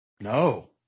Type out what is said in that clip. No